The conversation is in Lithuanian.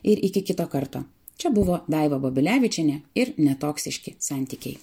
ir iki kito karto čia buvo daiva babilevičienė ir netoksiški santykiai